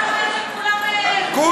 למה אתה אומר שכולם זכאים?